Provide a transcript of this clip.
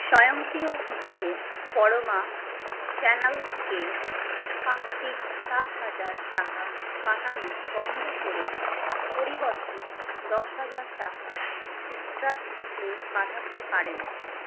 স্বয়ংক্রিয়ভাবে পরমা স্যানালকে পাক্ষিক সাত হাজার টাকা পাঠানো বন্ধ করে পরিবর্তে দশ হাজার টাকা সিট্রাস এ পাঠাতে পারেন